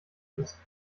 ist